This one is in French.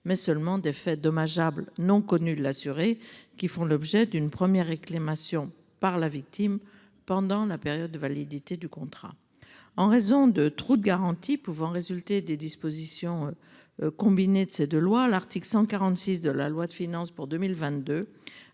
mais seulement d'effets dommageables non connu de l'assuré qui font l'objet d'une première réclamations par la victime pendant la période de validité du contrat en raison de trop de garantie pouvant résulter des dispositions. Combinées de ces de loi, l'article 146 de la loi de finances pour 2022